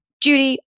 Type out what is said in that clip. Judy